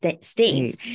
states